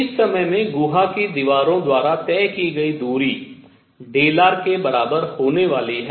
तो इस समय में गुहा की दीवारों द्वारा तय की गई दूरी Δr के बराबर होने वाली है